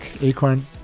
Acorn